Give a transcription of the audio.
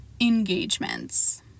engagements